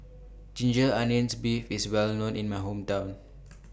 Ginger Onions Beef IS Well known in My Hometown